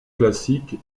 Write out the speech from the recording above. classique